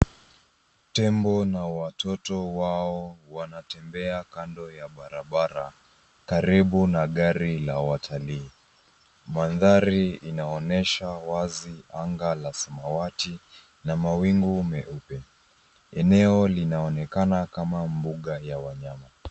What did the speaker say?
Tembo na watoto wao wanatembea kando ya barabara karibu na gari la watalii. Mandhari inaonyesha wazi anga la samawati na mawingu meupe. Eneo linaonekana kama mbuga ya wanyama.